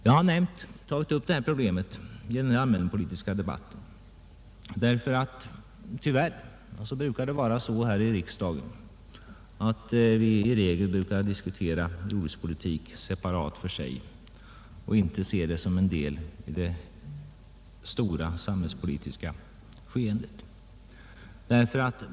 Jag har tagit upp detta problem i den allmänpolitiska debatten därför att vi tyvärr här i riksdagen brukar diskutera jordbrukspolitiken separat och inte ser den som en del av det stora samhällspolitiska skeendet.